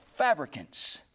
fabricants